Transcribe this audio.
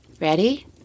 Ready